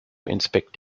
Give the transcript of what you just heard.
inspect